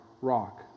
rock